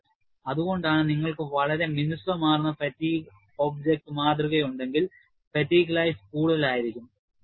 അതിനാൽ അതുകൊണ്ടാണ് നിങ്ങൾക്ക് വളരെ മിനുസമാർന്ന ഫാറ്റീഗ് ഒബ്ജക്റ്റ് മാതൃക ഉണ്ടെങ്കിൽ ഫാറ്റീഗ് ലൈഫ് കൂടുതൽ ആയിരിക്കും